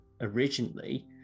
originally